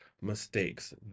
mistakes